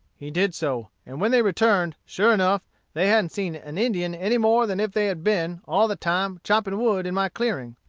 he did so. and when they returned, sure enough they hadn't seen an indian any more than if they had been, all the time, chopping wood in my clearing.